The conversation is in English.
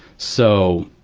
so,